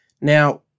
Now